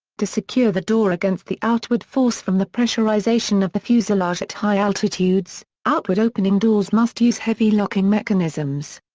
to secure the door against the outward force from the pressurization of the fuselage at high altitudes, outward-opening doors must use heavy locking mechanisms.